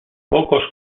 pocos